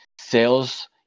sales